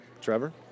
Trevor